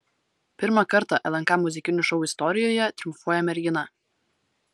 pirmą kartą lnk muzikinių šou istorijoje triumfuoja mergina